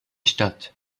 stadt